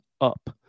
up